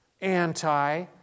anti